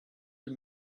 him